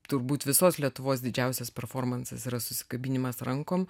turbūt visos lietuvos didžiausias performansas yra susikabinimas rankom